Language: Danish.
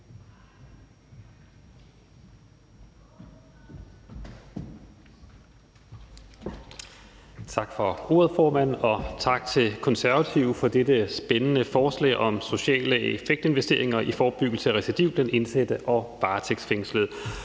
Tak for ordet, formand, og tak til Konservative for dette spændende forslag om social effekt-investeringer i forebyggelse af recidiv blandt indsatte og varetægtsfængslede.